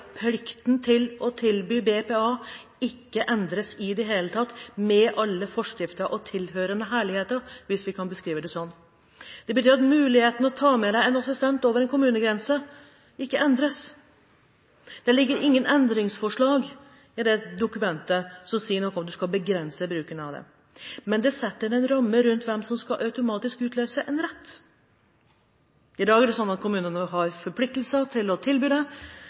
plikten til å tilby BPA ikke endres i det hele tatt med alle forskrifter og tilhørende herligheter – hvis vi kan beskrive det sånn. Det betyr at mulighetene til å ta med deg en assistent over en kommunegrense ikke endres. I dette dokumentet ligger det ingen endringsforslag som sier noe om at man skal begrense bruken av det, men det setter en ramme rundt hvem som automatisk skal utløse en rett. I dag er det sånn at kommunene har plikt til å tilby